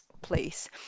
place